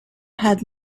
had